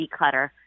declutter